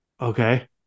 Okay